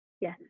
Yes